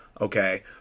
okay